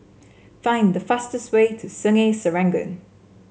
find the fastest way to Sungei Serangoon